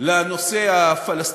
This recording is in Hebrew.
לנושא הפלסטיני,